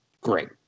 great